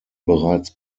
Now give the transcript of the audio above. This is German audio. bereits